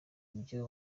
ibyo